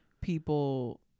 people